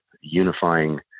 unifying